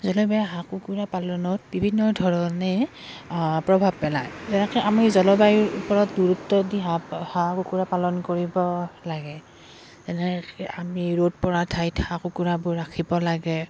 জলবায়ুৱে হাঁহ কুকুৰা পালনত বিভিন্ন ধৰণে প্ৰভাৱ পেলায় যেনেকৈ আমি জলবায়ুৰ ওপৰত গুৰুত্ব দি হাঁহ কুকুৰা পালন কৰিব লাগে যেনেকৈ আমি ৰ'দ পৰা ঠাইত হাঁহ কুকুৰাবোৰ ৰাখিব লাগে